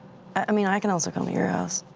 i mean, i can also come to your house.